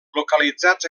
localitzats